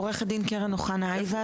עורכת דין קרן אוחנה-איוס,